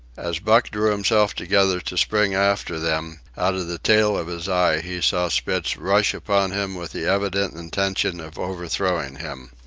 as buck drew himself together to spring after them, out of the tail of his eye he saw spitz rush upon him with the evident intention of overthrowing him.